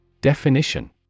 Definition